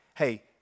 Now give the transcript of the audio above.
hey